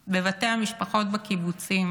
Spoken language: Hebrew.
בבתי המשפחות בקיבוצים,